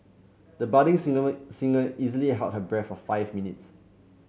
the budding singer easily held her breath for five minutes